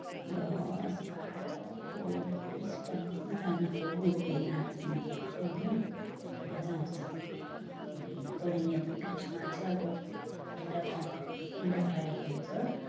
दस बाह्र अब बिस पचिस जनाको ग्रुपले नाच्ने हो त्यो चाहिँ होइन मज्जा आउँछ त्यो वरिपरि अब बिचमा चाहिँ अब एउटा ख किला गाडेको हुन्छ